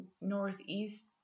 Northeast